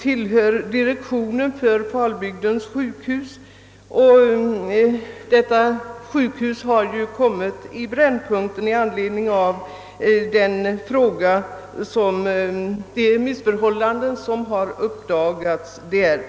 tillhör direktionen för Falbygdens sjukhus, som ju kommit i brännpunkten i anledning av de missförhållanden som uppdagats där.